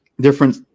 different